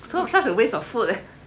so such a waste of food eh